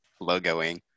logoing